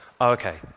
okay